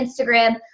Instagram